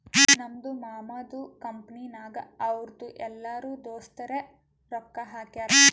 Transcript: ನಮ್ದು ಮಾಮದು ಕಂಪನಿನಾಗ್ ಅವ್ರದು ಎಲ್ಲರೂ ದೋಸ್ತರೆ ರೊಕ್ಕಾ ಹಾಕ್ಯಾರ್